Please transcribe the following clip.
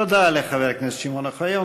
תודה לחבר הכנסת שמעון אוחיון.